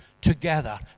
together